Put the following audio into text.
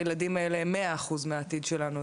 הילדים האלה הם מאה אחוז מהעתיד שלנו,